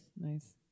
nice